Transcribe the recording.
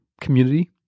Community